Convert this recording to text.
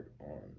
on